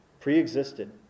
Pre-existed